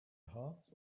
hearts